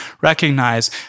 recognize